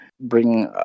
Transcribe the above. bring